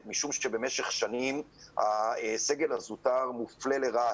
משום שבמשך שנים הסגל הזוטר מופלה לרעה,